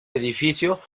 edificio